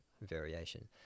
variation